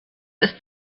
ist